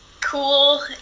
cool